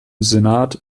senat